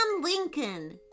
Lincoln